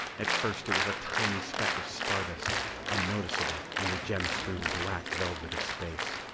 at first it was a tiny speck of star-dust unnoticeable in the gem-strewn black velvet of space.